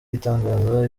itangaza